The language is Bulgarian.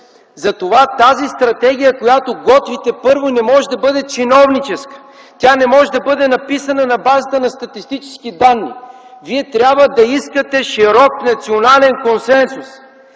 Затова тази стратегия, която готвите, първо не може да бъде чиновническа, тя не може да бъде написана на базата на статистически данни. Вие трябва да искате широк национален консенсус.